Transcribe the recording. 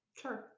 Sure